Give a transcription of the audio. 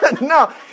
No